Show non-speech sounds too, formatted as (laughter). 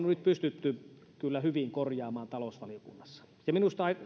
(unintelligible) nyt pystytty kyllä hyvin korjaamaan talousvaliokunnassa ja minusta